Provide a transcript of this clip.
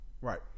right